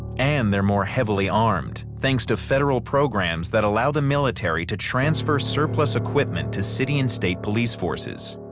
and they're more heavily armed, thanks to federal programs that allow the military to transfer surplus equipment to city and state police forces.